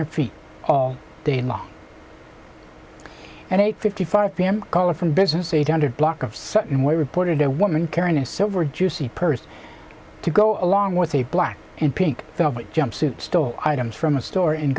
your feet all day long and eight fifty five p m caller from business eight hundred block of sutton way reported a woman carrying a silver juicy purse to go along with a black and pink jumpsuit stole items from a store and